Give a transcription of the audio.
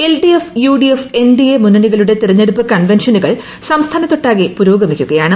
LDF UDF NDA മുന്നണികളുടെ തെരഞ്ഞെടുപ്പ് കൺവൻഷനുകൾ സംസ്ഥാനത്തൊട്ടാകെ പുരോഗമിക്കുക യാണ്